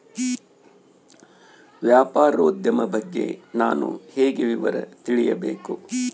ವ್ಯಾಪಾರೋದ್ಯಮ ಬಗ್ಗೆ ನಾನು ಹೇಗೆ ವಿವರ ತಿಳಿಯಬೇಕು?